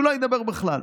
שלא ידבר בכלל.